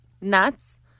nuts